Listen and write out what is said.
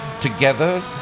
Together